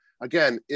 again